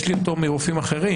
יש לי אותו מרופאים אחרים.